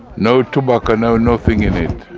no tobacco. no nothing in it.